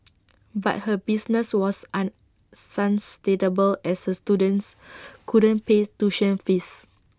but her business was unsustainable as her students couldn't pay tuition fees